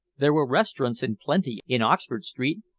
there were restaurants in plenty in oxford street,